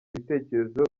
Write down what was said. ibitekerezo